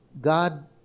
God